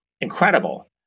incredible